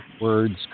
words